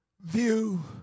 view